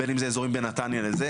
בין אם זה אזורים בין נתניה לזה,